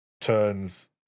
turns